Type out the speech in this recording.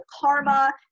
karma